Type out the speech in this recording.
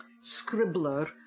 scribbler